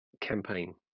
campaign